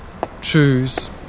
Tschüss